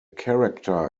character